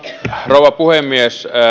rouva puhemies